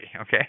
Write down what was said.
okay